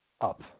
up